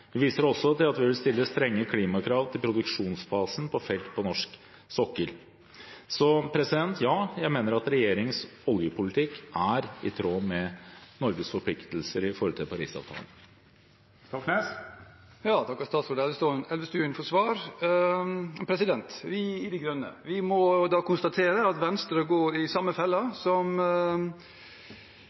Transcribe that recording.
Vi viser også til at vi vil stille strenge klimakrav til produksjonsfasen på felt på norsk sokkel. Så ja, jeg mener at regjeringens oljepolitikk er i tråd med Norges forpliktelser i henhold til Parisavtalen. Jeg takker statsråd Elvestuen for svaret. Vi i De Grønne må da konstatere at Venstre går i samme fella som